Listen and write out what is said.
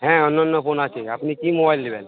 হ্যাঁ অন্য অন্য ফোন আছে আপনি কী মোবাইল নেবেন